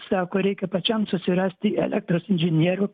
sako reikia pačiam susirasti elektros inžinierių